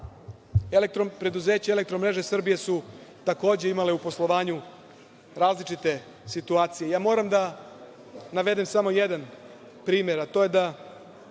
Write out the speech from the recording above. Preduzeće „Elektromreža Srbije“ su takođe imale u poslovanju različite situacije. Moram da navedem samo jedan primer, a to je da